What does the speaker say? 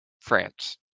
France